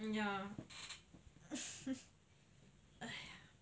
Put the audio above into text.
ya !aiya!